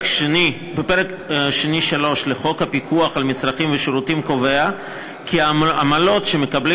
הפרק השני 3 לחוק הפיקוח על מצרכים ושירותים קובע כי עמלות שמקבלים